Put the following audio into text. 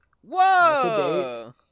Whoa